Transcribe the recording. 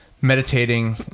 Meditating